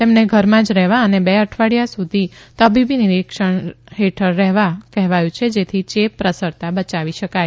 તેમને ઘરમાં જ રહેવા અને બે અઠવાડિથા સુધી તબીબી નિરિક્ષણ હેઠળ રહેવા કહેવાયું છે જેથી ચે પ્રસરતા બચાવી શકાય